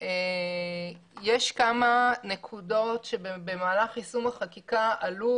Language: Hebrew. יש כמה נקודות שבמהלך יישום החקיקה עלו